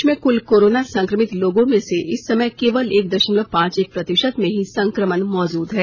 देश में कुल कोरोना संक्रमित लोगों में से इस समय केवल एक दशमलव पांच एक प्रतिशत में ही संक्रमण मौजूद हैं